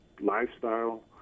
lifestyle